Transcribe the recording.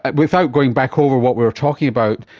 without going back over what we were talking about,